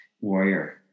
warrior